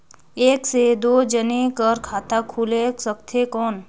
एक से दो जने कर खाता खुल सकथे कौन?